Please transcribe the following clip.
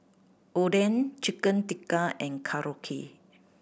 Oden Chicken Tikka and Korokke